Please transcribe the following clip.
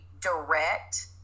direct